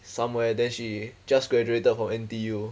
somewhere then she just graduated from N_T_U